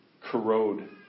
corrode